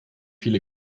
viele